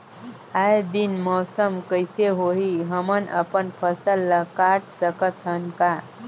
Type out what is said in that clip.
आय दिन मौसम कइसे होही, हमन अपन फसल ल काट सकत हन का?